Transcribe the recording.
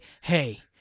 hey